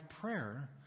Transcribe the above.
prayer